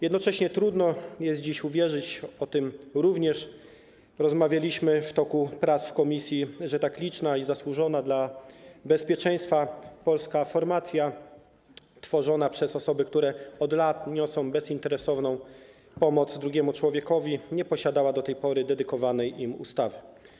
Jednocześnie trudno jest dziś uwierzyć - o tym również rozmawialiśmy w toku prac w komisji - że tak liczna i zasłużona dla bezpieczeństwa polska formacja tworzona przez osoby, które od lat niosą bezinteresowną pomoc drugiemu człowiekowi, nie posiadała do tej pory dedykowanej im ustawy.